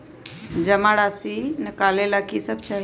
जमा राशि नकालेला कि सब चाहि?